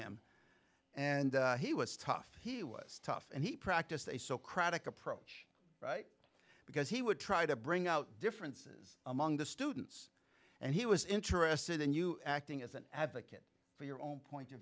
him and he was tough he was tough and he practiced a so craddick approach because he would try to bring out differences among the students and he was interested in you acting as an advocate for your own point of